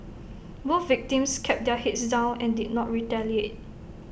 both victims kept their heads down and did not retaliate